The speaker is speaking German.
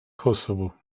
kosovo